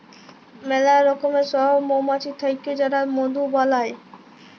ম্যালা রকমের সব মমাছি থাক্যে যারা মধু বালাই